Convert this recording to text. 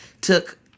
took